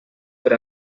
per